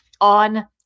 on